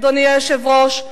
אדוני היושב-ראש,